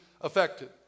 affected